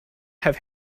have